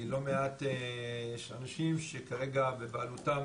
כי, יש לא מעט אנשים שכרגע בבעלותם